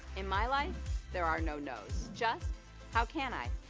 in my life there are no nos. just how can i?